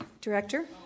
Director